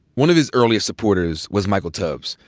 one of his earliest supporters was michael tubbs,